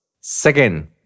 Second